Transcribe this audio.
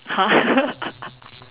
!huh!